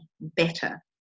better